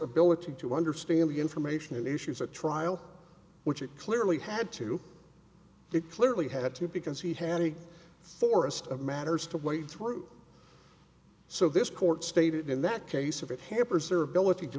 ability to understand the information issues at trial which it clearly had to it clearly had to be because he had a forest of matters to wade through so this court stated in that case of it hampers their ability to